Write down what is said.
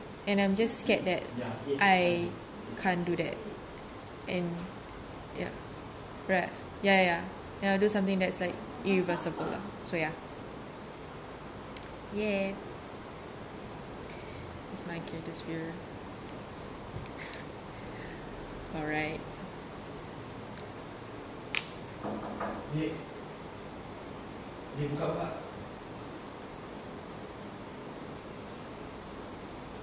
and I'm just scared that I can't do that and ya right ya ya do something that's like irreversible lah so ya ya it's my greatest fear alright